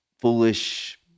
foolish